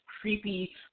creepy